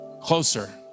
closer